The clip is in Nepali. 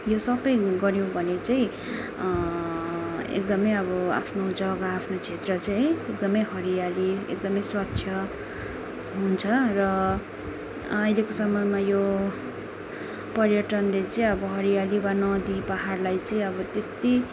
यो सबै गऱ्यो भने चाहिँ एकदमै अब आफ्नो जग्गा क्षेत्र चाहिँ है एकदमै हरियाली एकदमै स्वच्छ हुन्छ र अहिलेको समयमा यो पर्यटनले चाहिँ अब हरियाली नदी पाहाडलाई चाहिँ अब त्यति